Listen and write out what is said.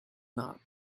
not